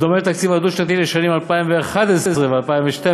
בדומה לתקציב הדו-שנתי לשנים 2011 ו-2012,